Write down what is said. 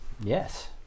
Yes